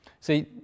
See